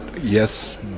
Yes